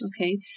okay